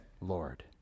Lord